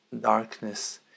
darkness